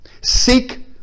Seek